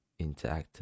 interactive